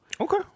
okay